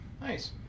nice